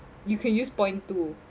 you can use point two